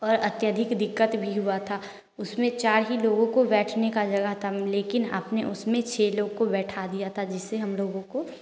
और अत्यधिक दिक्कत नहीं हुआ था उसमें चार ही लोगों का बैठने का जगह था लेकिन अपने उसमें छः लोग को बैठा दिया था जिससे हम लोगों को